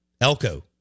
Elko